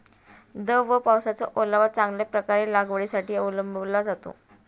दव व पावसाचा ओलावा चांगल्या प्रकारे लागवडीसाठी अवलंबला जातो